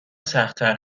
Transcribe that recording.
سختتر